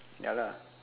ya lah